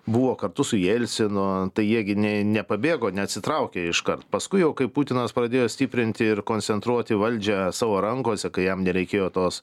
buvo kartu su jelcinu tai jie gi ne nepabėgo neatsitraukė iškart paskui jau kai putinas pradėjo stiprinti ir koncentruoti valdžią savo rankose kai jam nereikėjo tos